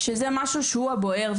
זה הנושא הבוער,